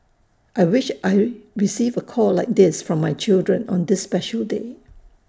I wish I receive A call like this from my children on this special day